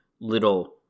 little